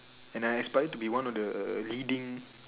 and I aspire to be one of the leading